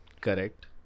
correct